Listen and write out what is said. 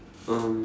um